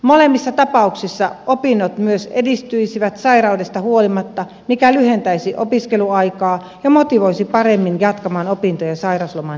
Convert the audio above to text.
molemmissa tapauksissa opinnot myös edistyisivät sairaudesta huolimatta mikä lyhentäisi opiskeluaikaa ja motivoisi paremmin jatkamaan opintoja sairausloman päätyttyä